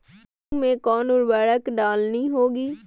मूंग में कौन उर्वरक डालनी होगी?